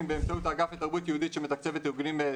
באמצעות האגף לתרבות יהודית שמתקצב את הארגונים,